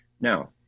now